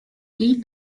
gate